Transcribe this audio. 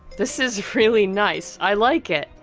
this is really nice. i like it.